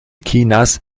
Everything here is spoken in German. chinas